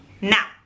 Now